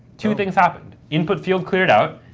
two things happened. input field cleared out,